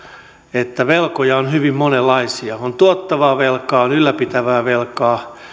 että velkoja on hyvin monenlaisia on tuottavaa velkaa on ylläpitävää velkaa